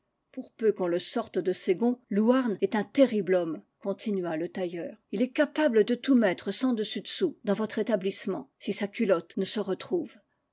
pour peu qu'on le sorte de ses gonds louarn est un terrible homme continua le tailleur il est capable de tout mettre sens dessus dessous dans votre établissement si sa culotte ne se retrouve